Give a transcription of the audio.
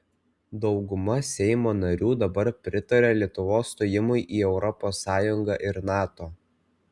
dauguma seimo narių dabar pritaria lietuvos stojimui į europos sąjungą ir nato